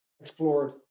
explored